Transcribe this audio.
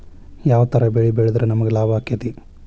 ಯಾವ ತರ ಬೆಳಿ ಬೆಳೆದ್ರ ನಮ್ಗ ಲಾಭ ಆಕ್ಕೆತಿ?